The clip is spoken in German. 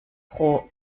pro